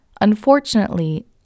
Unfortunately